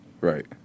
Right